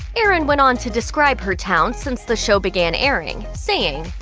erin went on to describe her town since the show began airing, saying,